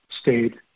state